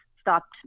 stopped